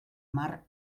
mar